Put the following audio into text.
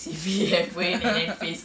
C_V halfway interface